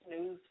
news